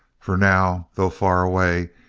for now, though far away,